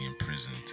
imprisoned